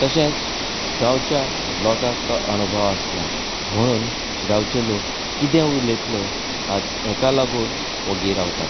तशेंच गांवच्या लोकांक तो अणभव आसनात म्हणून गांवचे लोक किदें उलयतलें हा हेका लागोन ओगी रावतात